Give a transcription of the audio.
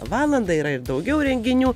valandą yra ir daugiau renginių